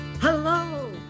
Hello